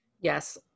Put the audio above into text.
Yes